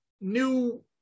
new